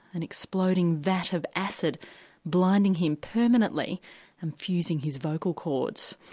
an exploding vat of acid blinding him permanently and fused his vocal chords.